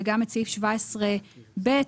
וגם את סעיף 17(ב),